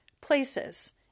places